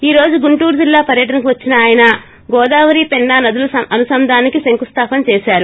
ఈ రోజు గుంటూరు జిల్లా పర్యటనకు వచ్చిన ఆయన గోదావరి పెన్నా నదుల అనుసంధానానికి శంకుస్లాపన చేశారు